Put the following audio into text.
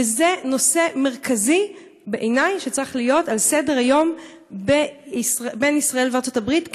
וזה בעיני נושא מרכזי שצריך להיות על סדר-היום בין ישראל לארצות הברית,